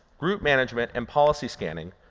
group management and policy scanning,